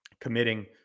committing